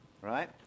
Right